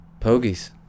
Pogies